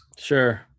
Sure